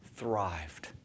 thrived